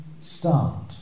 start